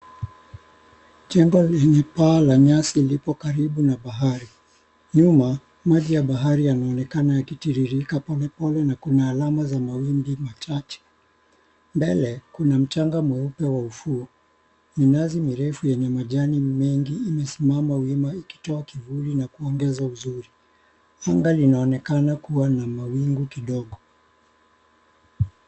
Jengo lenye paa la nyasi lipo karibu na bahari. Nyuma maji ya bahari yanaonekana yakitiririka pole pole na kuna alama za mawimbi machache. Mbele kuna mchanga mweupe wa ufuo. Minazi mirefu yenye majani mengi imesimama wima ikitoa kivuli na kuongeza uzuri. Anga linaonekana kuwa na mawingu kidogo.